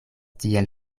tiel